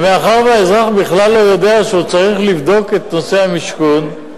מאחר שהאזרח בכלל לא יודע שהוא צריך לבדוק את נושא המשכון,